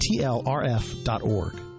tlrf.org